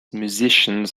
musicians